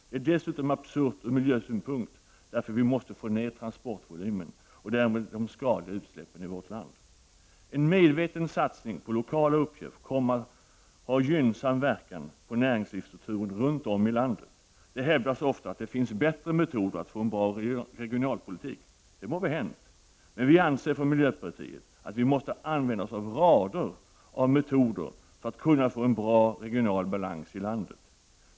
Det är dessutom absurt från miljösynpunkt, eftersom vi måste få ned transportvolymen och därmed de skadliga utsläppen i vårt land. En medveten satsning på lokala uppköp kommer att ha en gynnsam verkan på näringslivsstrukturen runt om i landet. Det hävdas ofta att det finns bättre metoder att få en bra regionalpolitik. Det må vara hänt, men vi anser från miljöpartiet att vi måste använda oss av rader av metoder för att kunna få en bra regional balans i landet.